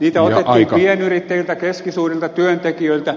niitä otettiin pienyrittäjiltä keskisuurilta työntekijöiltä